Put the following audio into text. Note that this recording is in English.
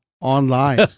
online